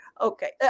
Okay